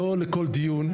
לא לכל דיון,